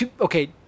Okay